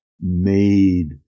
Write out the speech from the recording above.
made